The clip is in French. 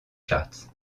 charts